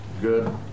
Good